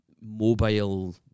mobile